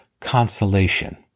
consolation